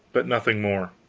but nothing more.